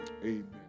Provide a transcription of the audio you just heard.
Amen